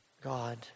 God